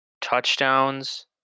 touchdowns